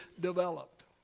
developed